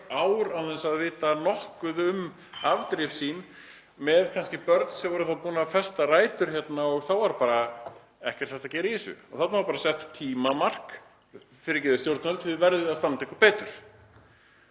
ár án þess að vita nokkuð um afdrif sín, jafnvel með börn sem voru búin að festa rætur hérna og þá var bara ekkert hægt að gera í þessu. Þarna var bara sett tímamark: Fyrirgefið, stjórnvöld, þið verðið að standa ykkur betur.